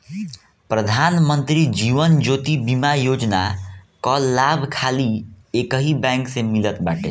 प्रधान मंत्री जीवन ज्योति बीमा योजना कअ लाभ खाली एकही बैंक से मिलत बाटे